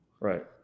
right